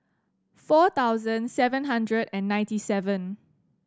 four thousand seven hundred and ninety seven